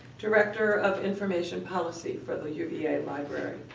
director of information policy for the uva library.